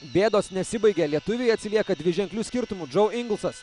bėdos nesibaigia lietuviai atsilieka dviženkliu skirtumu džau ingelsas